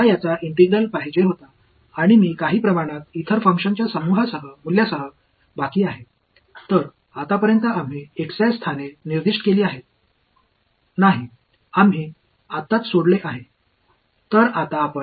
எனவே இந்த எடைகள் முன்பே கணக்கிடப்பட்ட ஆல் வழங்கப்பட்டன என்பதை நினைவில் கொள்ளுங்கள் நேரம் சேமிக்கப்பட்டது